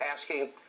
asking